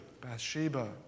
Bathsheba